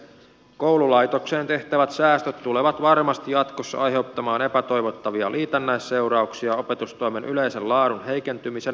koululaitokseen tehtävät säästöt tulevat varmasti jatkossa aiheuttamaan epätoivottavia liitännäisseurauksia opetustoimen yleisen laadun heikentymisen myötä